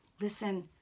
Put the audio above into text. Listen